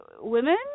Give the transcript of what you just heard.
Women